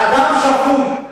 שאדם שפוי,